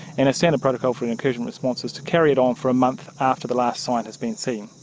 and our standard protocol for an incursion response is to carry it on for a month after the last sign has been seen.